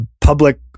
public